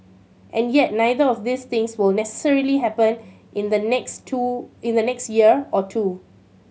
and yet neither of these things will necessarily happen in the next two in the next year or two